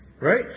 Right